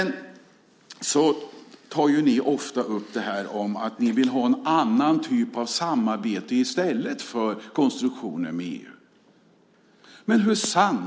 Ni tar ofta upp frågan om att ni vill ha en annan typ av samarbete än konstruktionen med EU.